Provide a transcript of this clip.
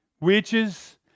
Witches